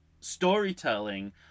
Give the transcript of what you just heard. storytelling